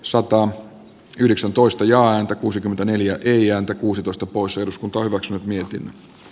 soto yhdeksäntoista ja häntä kuusikymmentäneljä ei ääntä kuusitoista pois eduskunta hyväksyi miettiä n